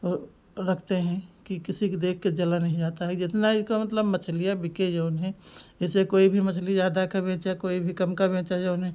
ओ रखते हैं कि किसी को देखकर जला नहीं जाता है जितना इका मतलब मछलियाँ बिके जऊन है जैसे कोई भी मछली ज़्यादा के बेचै कोई भी कम का बेचैं जऊन है